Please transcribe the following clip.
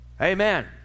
Amen